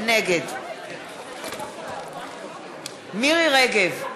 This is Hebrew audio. נגד מירי רגב,